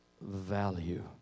value